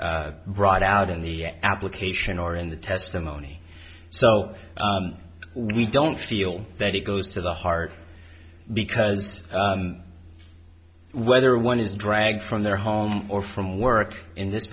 really brought out in the application or in the testimony so we don't feel that it goes to the heart because whether one is dragged from their home or from work in this